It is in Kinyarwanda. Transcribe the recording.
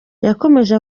yakomeje